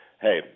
hey